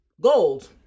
Gold